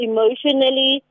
Emotionally